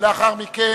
לאחר מכן,